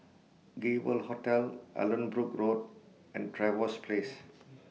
Gay World Hotel Allanbrooke Road and Trevose Place